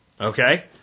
Okay